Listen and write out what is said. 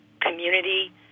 community